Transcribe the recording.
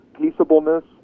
peaceableness